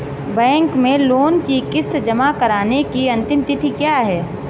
Bank में loan की किश्त जमा कराने की अंतिम तिथि क्या है?